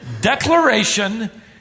declaration